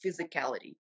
physicality